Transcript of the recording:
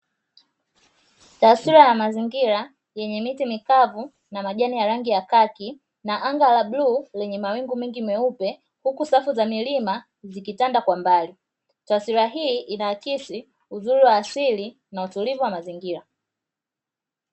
Taswira ya mazingira yenye miti mikavu na na majani ya rangi ya kaki na anga la bluu lenye mawingu mengi meupe, huku safu za milima zikitanda kwa mbali. Taswira hii inaakisi uzuri wa asili na utulivu wa mazingira.